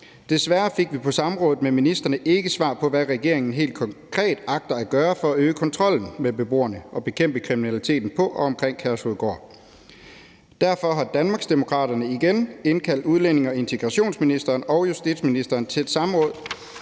Desværre fik vi på samrådet med ministrene ikke svar på, hvad regeringen helt konkret agter at gøre for at øge kontrollen med beboerne og bekæmpe kriminaliteten på og omkring Kærshovedgård. Derfor har Danmarksdemokraterne igen indkaldt udlændinge- og integrationsministeren og justitsministeren til et samråd